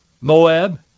Moab